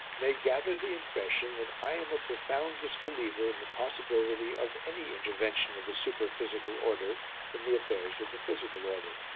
may gather the impression that i am a profound disbeliever in the possibility of any intervention of the super-physical order in the affairs of the physical order.